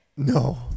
No